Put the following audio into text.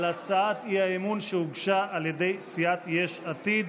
על הצעת האי-אמון שהוגשה על ידי סיעת יש עתיד.